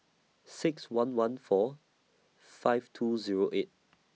six one one four five two Zero eight